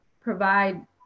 provide